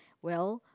well